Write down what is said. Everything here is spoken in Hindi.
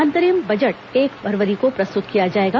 अंतरिम बजट एक फरवरी को प्रस्तुत किया जाएगा